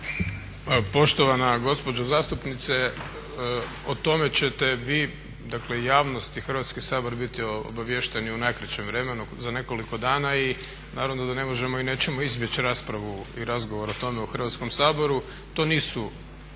Poštovana gospođo zastupnice o tome ćete vi, dakle javnost i Hrvatski sabor biti obaviješteni u najkraćem vremenu za nekoliko dana i naravno da ne možemo i nećemo izbjeći raspravu i razgovor o tome u Hrvatskom saboru. To nisu